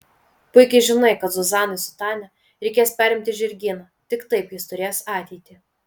puikiai žinai kad zuzanai su tania reikės perimti žirgyną tik taip jis turės ateitį